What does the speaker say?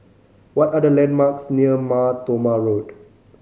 what are the landmarks near Mar Thoma Road